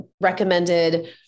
recommended